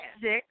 six